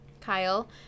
Kyle